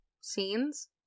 scenes